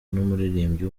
n’umuririmbyi